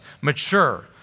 mature